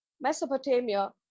Mesopotamia